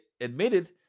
admitted